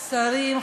שרים,